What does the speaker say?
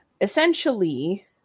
essentially